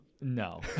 no